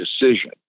decision